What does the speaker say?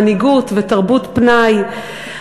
מנהיגות ותרבות פנאי.